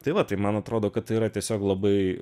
tai va tai man atrodo kad tai yra tiesiog labai